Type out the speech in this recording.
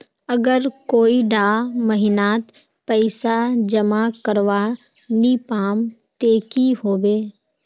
अगर कोई डा महीनात पैसा जमा करवा नी पाम ते की होबे?